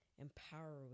empowering